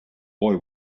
boy